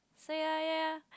so ya ya ya